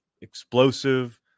explosive